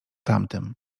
tamtym